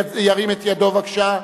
ירים את ידו בבקשה.